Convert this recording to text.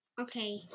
Okay